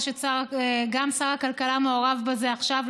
גם שר הכלכלה מעורב בזה עכשיו,